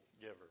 giver